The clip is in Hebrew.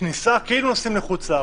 כניסה כאילו נוסעים לחוץ-לארץ.